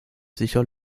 sicher